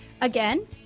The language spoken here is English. Again